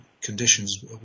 conditions